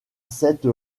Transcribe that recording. cette